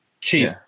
cheap